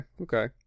okay